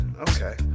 okay